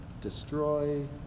destroy